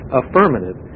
affirmative